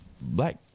black